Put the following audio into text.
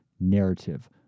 narrative